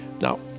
Now